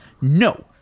No